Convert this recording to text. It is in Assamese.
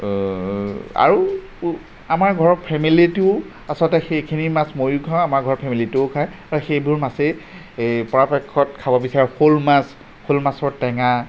আৰু আমাৰ ঘৰৰ ফেমিলিতো আচলতে সেইখিনি মাছ মইয়ো খাওঁ আমাৰ ঘৰৰ ফেমিলিটোও খায় আৰু সেইবোৰ মাছেই পাৰাপক্ষত খাব বিচাৰে শ'ল মাছ শ'ল মাছৰ টেঙা